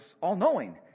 all-knowing